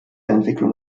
entwicklung